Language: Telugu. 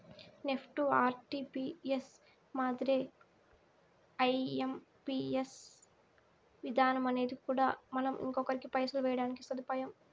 నెప్టు, ఆర్టీపీఎస్ మాదిరే ఐఎంపియస్ విధానమనేది కూడా మనం ఇంకొకరికి పైసలు వేయడానికి సదుపాయం